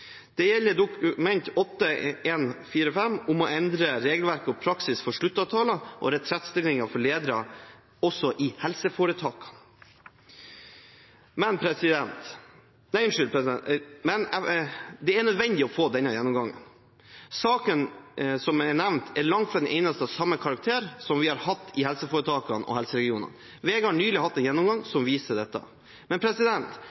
Det gjelder Dokument 8:145 S for 2017–2018, om å endre regelverk og praksis for sluttavtaler og retrettstillinger for ledere også i helseforetakene. Det er nødvendig å få denne gjennomgangen. Saken som er nevnt, er langt fra den eneste av samme karakter som vi har hatt i helseforetakene og helseregionene. VG har nylig hatt en gjennomgang som viser dette. Men